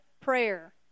prayer